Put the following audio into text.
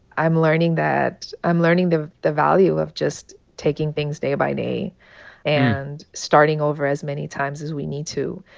i'm learning that i'm learning the the value of just taking things day by day and starting over as many times as we need to.